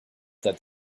that